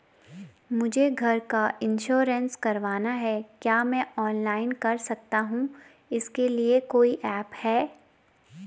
मुझे घर का इन्श्योरेंस करवाना है क्या मैं ऑनलाइन कर सकता हूँ इसके लिए कोई ऐप है?